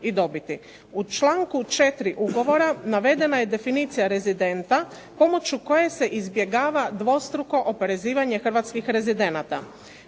i dobiti. U članku 4. ugovora navedena je definicija rezidenta, pomoću koje se izbjegava dvostruko oporezivanje hrvatskih rezidenata.